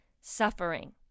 suffering